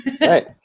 Right